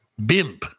Bimp